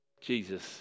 Jesus